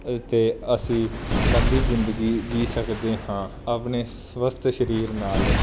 ਅਤੇ ਅਸੀਂ ਲੰਬੀ ਜ਼ਿੰਦਗੀ ਜੀਅ ਸਕਦੇ ਹਾਂ ਆਪਣੇ ਸਵਸਥ ਸਰੀਰ ਨਾਲ